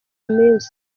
minsi